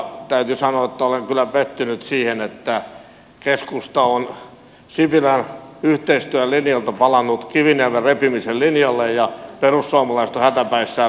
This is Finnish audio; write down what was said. täytyy sanoa että olen kyllä pettynyt siihen että keskusta on sipilän yhteistyön linjalta palannut kiviniemen repimisen linjalle ja perussuomalaiset ovat hätäpäissään lähteneet siihen mukaan